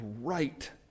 right